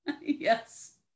Yes